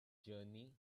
journey